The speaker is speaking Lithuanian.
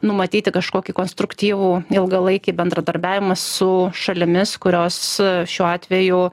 numatyti kažkokį konstruktyvų ilgalaikį bendradarbiavimą su šalimis kurios šiuo atveju